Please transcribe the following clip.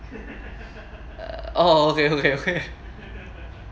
oh okay okay okay